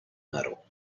medal